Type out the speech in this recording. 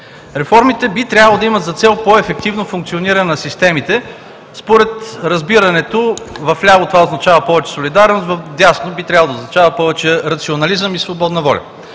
Реформите би трябвало да имат за цел по-ефективно функциониране на системите според разбирането: вляво това означава повече солидарност, вдясно би трябвало да означава повече рационализъм и свободна воля.